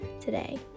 today